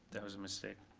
that was a mistake.